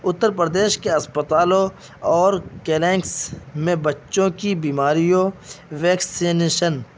اتّر پردیش کے اسپتالوں اور کیلینکس میں بچوں کی بیماریوں ویکسنیشن